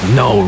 no